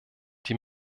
die